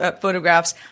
photographs